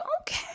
okay